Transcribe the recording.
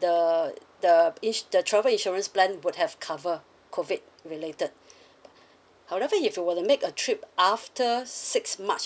the the eac~ the travel insurance plan would have covered COVID related however if you were to make a trip after sixth march